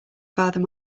father